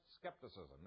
skepticism